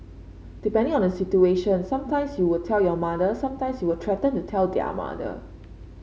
depending on the situation some times you would tell your mother some times you will threaten to tell their mother